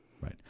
right